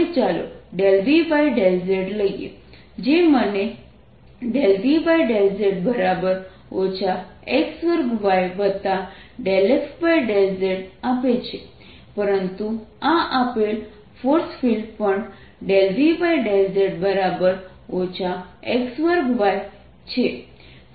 હવે ચાલો ∂V∂z લઈએ જે મને ∂V∂z x2y∂f∂z આપે છે પરંતુ આ આપેલ ફોર્સ ફિલ્ડ પણ ∂V∂z x2y છે